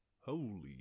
Holy